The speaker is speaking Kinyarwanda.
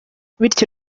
bityo